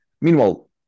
Meanwhile